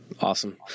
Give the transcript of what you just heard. Awesome